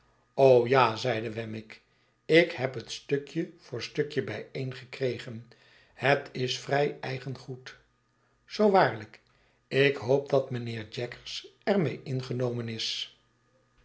ja zeide wemmick ik heb hetstukje voor stukje bijeengekregen het is vrij eigen goed zoo waarlijk ik hoop dat mijnheer jaggers er mee ingenomen is